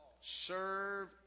serve